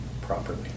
properly